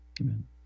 Amen